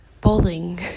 Bowling